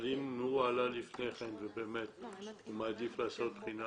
אבל אם הוא עלה לפני כן ובאמת הוא מעדיף לעשות בחינה